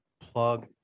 plug